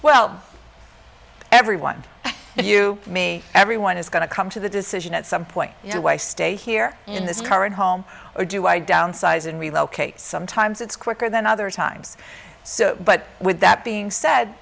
well everyone if you may everyone is going to come to the decision at some point you know why stay here in this current home or do i downsize and relocate sometimes it's quicker than other times so but with that being said